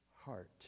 heart